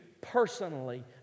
personally